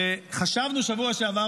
וחשבנו בשבוע שעבר,